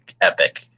epic